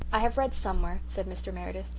i have read somewhere, said mr. meredith,